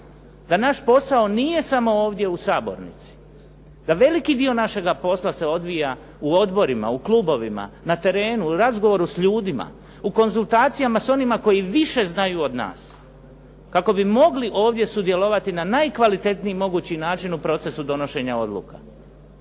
da naš posao nije samo ovdje u sabornici, da veliki dio našega posla se odvija u odborima, u klubovima, na terenu, u razgovoru s ljudima, u konzultacijama s onima koji više znaju od nas kako bi mogli ovdje sudjelovati na najkvalitetniji mogući način u procesu donošenja odluka.